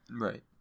Right